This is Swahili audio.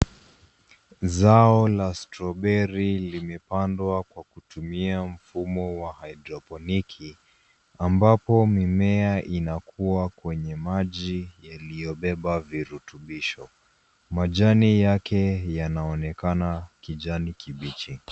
Zao la strawberry limepandwa kwa kutumia mfumo wa haidroponiki ambapo mimea yanakuwa kwenye maji yaliyobeba virutubisho. Majani yake yanaonekana kijani kibichi.